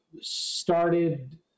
started